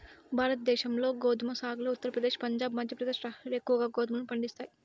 భారతదేశంలో గోధుమ సాగులో ఉత్తరప్రదేశ్, పంజాబ్, మధ్యప్రదేశ్ రాష్ట్రాలు ఎక్కువగా గోధుమలను పండిస్తాయి